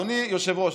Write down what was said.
אדוני היושב-ראש,